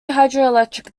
hydroelectric